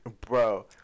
bro